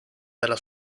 della